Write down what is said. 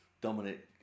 Dominic